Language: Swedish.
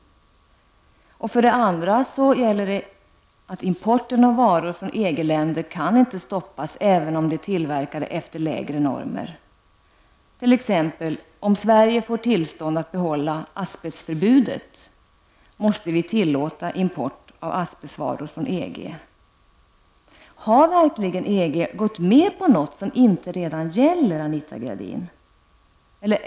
För det andra kan inte varor från EG-länderna stoppas, även om de är tillverkade efter lägre normer. Även om Sverige får tillstånd att behålla t.ex. asbestförbudet, måste vi tillåta import av asbestvaror från EG. Har verkligen EG gått med på något som inte redan gäller, Anita Gradin?